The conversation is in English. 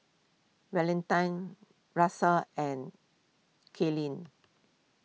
Valentine Russel and Kaylen